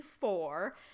four